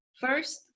First